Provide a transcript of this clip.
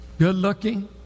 Good-looking